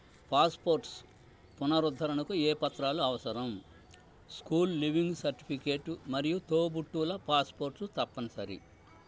passports పునరుద్ధరణకు ఏ పత్రాలు అవసరం స్కూల్ లీవింగ్ సర్టిఫికేటు మరియు తోబుట్టువుల పాస్పోర్ట్లు తప్పనిసరి